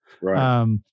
Right